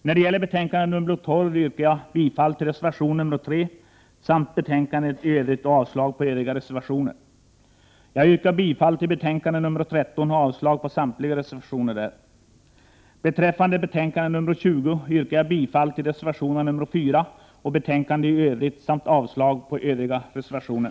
När det gäller betänkande nr 12 yrkar jag bifall till reservation nr 3, i övrigt till utskottets hemställan och avslag på övriga reservationer. Jag yrkar bifall till hemställan i betänkande nr 13 och avslag på samtliga reservationer. Beträffande betänkande nr 20 yrkar jag bifall till reservation nr 4, i övrigt till utskottets hemställan samt avslag på övriga reservationer.